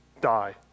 die